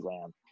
Lamb